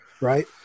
Right